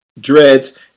dreads